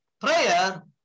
prayer